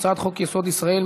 הצעת חוק-יסוד: ישראל,